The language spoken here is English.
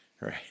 Right